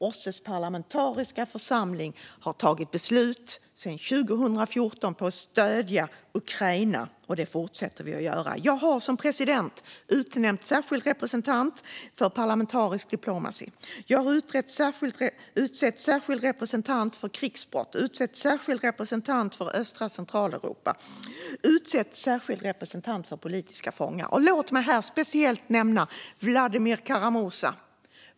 OSSE:s parlamentariska församling har fattat beslut sedan 2014 att stödja Ukraina, och det fortsätter vi att göra. Jag har som president utnämnt en särskild representant för parlamentaric diplomacy. Jag har utsett en särskild representant för krigsbrott, utsett en särskild representant för östra Centraleuropa och utsett en särskild representant för politiska fångar. Låt mig här speciellt nämna Vladimir Kara-Murza.